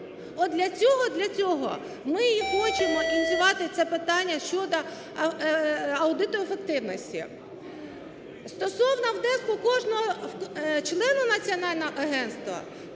для цього ми і хочемо ініціювати це питання щодо аудитоефективності. Стосовно внеску кожного члена Національного агентства,